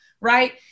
right